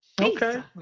Okay